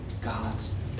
God's